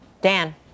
Dan